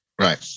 Right